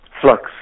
Flux